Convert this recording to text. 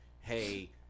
hey